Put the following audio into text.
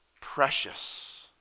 precious